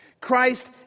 Christ